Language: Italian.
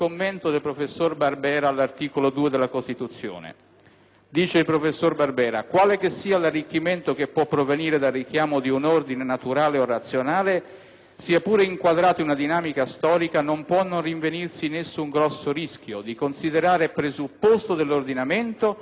Dice il professor Barbera: «Quale che sia l'arricchimento che può provenire dal richiamo di un ordine naturale e razionale, sia pure inquadrato in una dinamica storica, non può non rinvenirsi in esso un grosso rischio: di considerare presupposto dell'ordinamento ciò che invece ne è il fine. Il libero sviluppo della persona